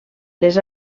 les